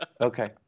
Okay